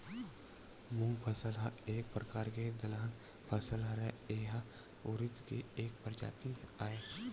मूंग फसल ह एक परकार के दलहन फसल हरय, ए ह उरिद के एक परजाति आय